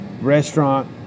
restaurant